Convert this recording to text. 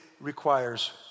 requires